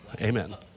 Amen